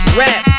rap